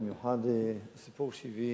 במיוחד הסיפור שהביא